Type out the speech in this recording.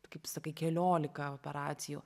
kaip sakai keliolika operacijų